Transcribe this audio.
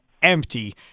Empty